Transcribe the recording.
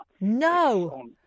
No